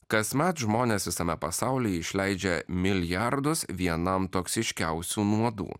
kasmet žmonės visame pasaulyje išleidžia milijardus vienam toksiškiausių nuodų